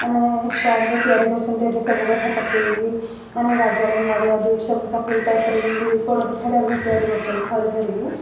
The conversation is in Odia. ମାନେ ଷ୍ଟାଇଲ ରେ ତିଆରି କରୁଛନ୍ତି ଏବେ ସବୁ କଥା ପକେଇକି ମାନେ ଗାଜର ନଡ଼ିଆ ବିଟ ସବୁ ପକେଇକି ତା ଉପରେ ଯେମିତି ପୋଡ଼ପିଠା ଟାଇପର ତିଆରି କରୁଚନ୍ତି ଖଳି ଧରିକି